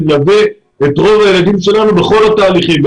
אני מלווה את רוב הילדים שלנו בכל התהליכים,